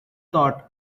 thought